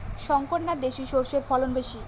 শংকর না দেশি সরষের ফলন বেশী?